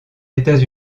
états